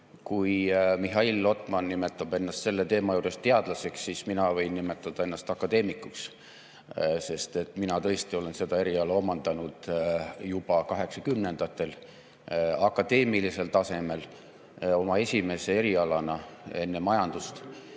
Kui Mihhail Lotman nimetab ennast selle teema juures teadlaseks, siis mina võin nimetada ennast akadeemikuks, sest mina olen tõesti selle eriala omandanud juba 1980-ndatel akadeemilisel tasemel oma esimese erialana enne majandust.